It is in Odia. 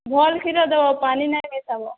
ଭଲ କ୍ଷୀର ଦେବ ପାନୀ ନାହିଁ ମିଶାବା